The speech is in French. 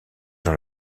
dans